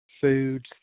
foods